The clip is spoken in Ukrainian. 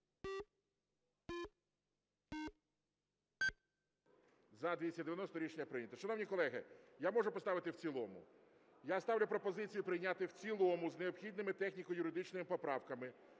За-290 Рішення прийнято. Шановні колеги, я можу поставити в цілому. Я ставлю пропозицію прийняти в цілому з необхідними техніко-юридичними поправками